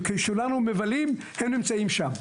כשכולנו מבלים, הם נמצאים שם.